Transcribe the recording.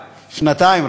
שנתיים.